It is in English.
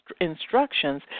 instructions